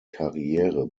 karriere